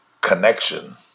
connection